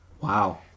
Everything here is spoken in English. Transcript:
Wow